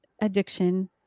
addiction